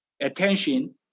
attention